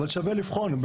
אבל שווה לבחון.